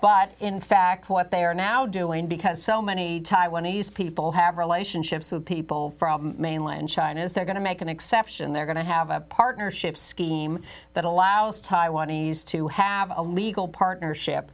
but in fact what they are now doing because so many taiwanese people have relationships with people from mainland china as they're going to make an exception they're going to have a partnership scheme that allows taiwanese to have a legal partnership